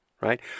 right